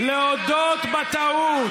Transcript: להודות בטעות.